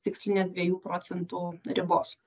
tikslinės dviejų procentų ribos